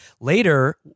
Later